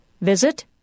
visit